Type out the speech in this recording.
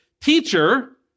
teacher